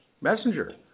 messenger